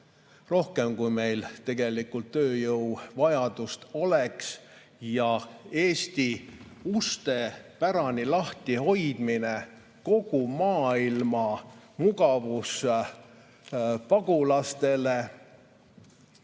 rohkem, kui meil tegelikult tööjõudu vaja oleks. Eesti uste pärani hoidmine kogu maailma mugavuspagulastele